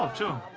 um to